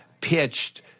pitched